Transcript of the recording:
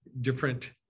different